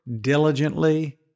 diligently